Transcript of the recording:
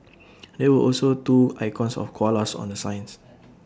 there were also two icons of koalas on the signs